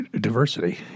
diversity